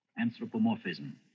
Anthropomorphism